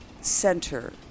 center